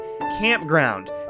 campground